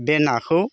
बे नाखौ